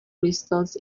crystals